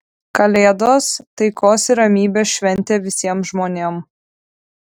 kalėdos taikos ir ramybės šventė visiem žmonėm